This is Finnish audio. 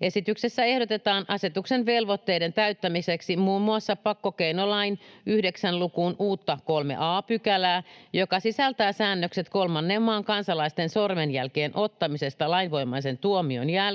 Esityksessä ehdotetaan asetuksen velvoitteiden täyttämiseksi muun muassa pakkokeinolain 9 lukuun uutta 3 a §:ää, joka sisältää säännökset kolmannen maan kansalaisen sormenjälkien ottamisesta lainvoimaisen tuomion jälkeen,